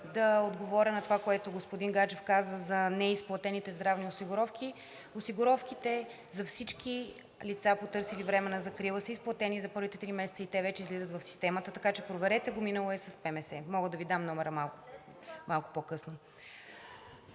да отговоря на това, което господин Гаджев каза – за неизплатените здравни осигуровки. Осигуровките за всички лица, потърсили временна закрила, са изплатени за първите три месеца и те вече излизат в системата, така че проверете го, минало е с ПМС, мога да Ви дам номера малко по-късно.